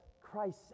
Christ